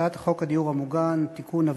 הצעת חוק הדיור המוגן (תיקון,